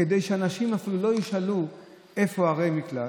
כדי שאנשים אפילו לא ישאלו איפה ערי המקלט,